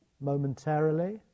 momentarily